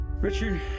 Richard